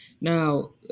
Now